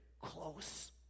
close